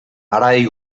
haragi